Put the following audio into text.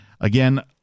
Again